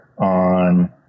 on